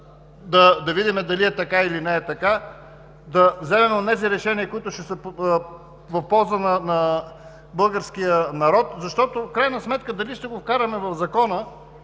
да видим дали е така или не и да вземем онези решения, които ще са в полза на българския народ. В крайна сметка дали ще го вкараме в Закона,